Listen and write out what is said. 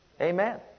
Amen